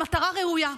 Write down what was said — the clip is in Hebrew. למטרה ראויה.